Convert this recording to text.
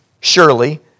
surely